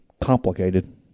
complicated